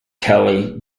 kelley